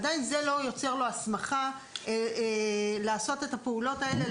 עדיין זה לא יוצר לו הסמכה לעשות את הפעולות האלה,